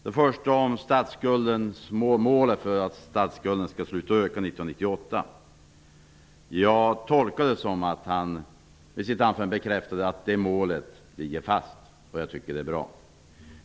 Den första gällde målet att statsskulden skulle sluta öka år 1998. Jag tolkade det som att han i sitt anförande bekräftade att det målet ligger fast, och jag tycker det är bra.